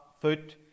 foot